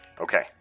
Okay